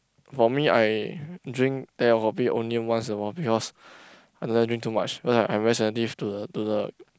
for me I drink teh or kopi only once awhile because I don't dare drink too much cause I realize I live to the to the